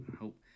hope